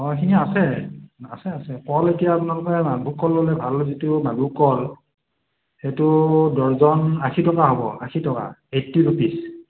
অ' সেইখিনি আছে আছে আছে কল এতিয়া আপোনালোকৰ মালভোগ কল ল'লে ভাল যিটো মালভোগ কল সেইটো ডৰ্জন আশী টকা হ'ব আশী টকা এইট্টি ৰুপিজ